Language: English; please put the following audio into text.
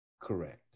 Correct